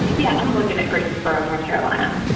yeah, i'm looking at greensboro north carolina.